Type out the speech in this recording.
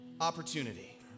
opportunity